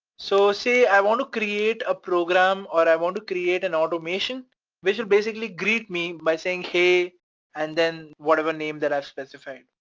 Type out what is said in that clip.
so say i want to create a program, or i want to create an automation which will and basically greet me by saying hey and then whatever name that i've specified,